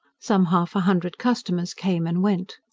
some half-a-hundred customers came and went.